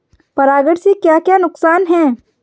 परागण से क्या क्या नुकसान हैं?